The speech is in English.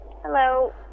Hello